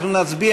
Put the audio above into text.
אנחנו נצביע.